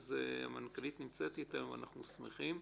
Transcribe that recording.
המנכ"לית נמצאת איתנו ואנחנו שמחים,